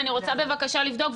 אני רוצה בבקשה לבדוק,